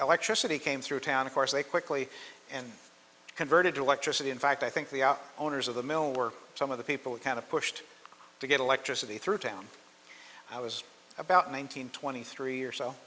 electricity came through town of course they quickly and converted to electricity in fact i think the out owners of the mill were some of the people we kind of pushed to get electricity through town i was about nine hundred twenty three or so